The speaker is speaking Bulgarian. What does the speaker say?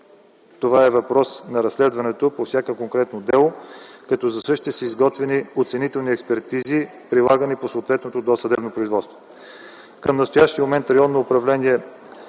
Това е въпрос на разследването по всяко конкретно дело, като са изработени оценителни експертизи, прилагани по съответното досъдебно производство. Към настоящия момент Районно управление